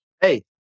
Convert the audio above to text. Hey